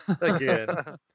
again